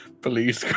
police